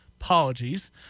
Apologies